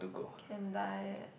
can die eh